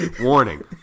warning